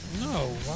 No